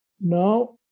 Now